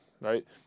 right